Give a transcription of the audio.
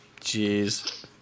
Jeez